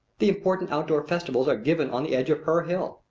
the important outdoor festivals are given on the edge of her hill.